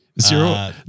Zero